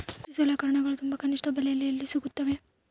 ಕೃಷಿ ಸಲಕರಣಿಗಳು ತುಂಬಾ ಕನಿಷ್ಠ ಬೆಲೆಯಲ್ಲಿ ಎಲ್ಲಿ ಸಿಗುತ್ತವೆ?